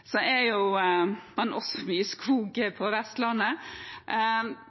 er det jo også mye skog på Vestlandet.